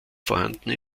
vorhanden